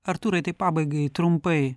artūrai taip pabaigai trumpai